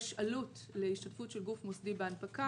יש עלות להשתתפות של גוף מוסדי בהנפקה.